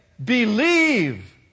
Believe